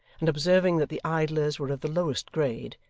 and observing that the idlers were of the lowest grade,